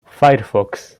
firefox